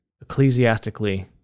ecclesiastically